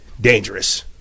dangerous